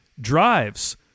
drives